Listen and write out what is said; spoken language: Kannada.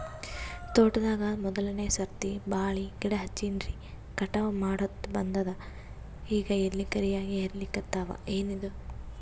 ತೋಟದಾಗ ಮೋದಲನೆ ಸರ್ತಿ ಬಾಳಿ ಗಿಡ ಹಚ್ಚಿನ್ರಿ, ಕಟಾವ ಮಾಡಹೊತ್ತ ಬಂದದ ಈಗ ಎಲಿ ಕರಿಯಾಗಿ ಹರಿಲಿಕತ್ತಾವ, ಏನಿದು?